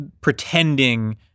Pretending